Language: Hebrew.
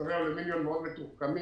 למוצרי אלומיניום מאוד מתוחכמים.